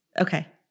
Okay